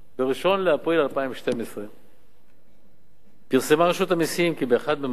ב-1 באפריל 2012 פרסמה רשות המסים כי ב-1 במאי